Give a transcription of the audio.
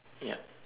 ya